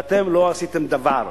ואתם לא עשיתם דבר.